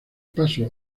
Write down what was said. paso